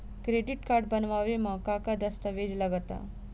Credit card बनवावे म का का दस्तावेज लगा ता?